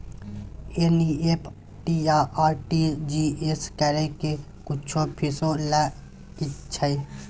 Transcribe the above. NEFT आ RTGS करै के कुछो फीसो लय छियै?